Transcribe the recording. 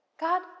God